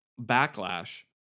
backlash